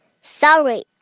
Sorry